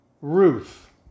Ruth